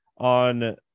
On